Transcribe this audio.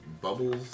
bubbles